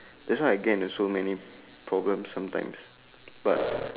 there's why I get into so many problems sometimes but